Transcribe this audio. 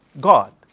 God